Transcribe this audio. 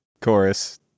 chorus